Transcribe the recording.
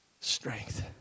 strength